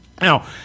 Now